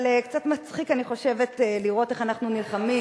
אבל קצת מצחיק, אני חושבת, לראות איך אנחנו נלחמים